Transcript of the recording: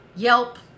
yelp